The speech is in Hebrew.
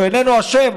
שהוא איננו אשם,